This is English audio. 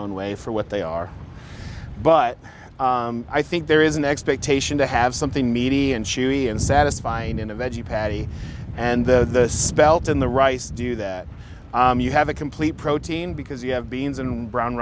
own way for what they are but i think there is an expectation to have something meaty and chewy and satisfying in a veggie patty and the spelt in the rice do that you have a complete protein because you have beans and brown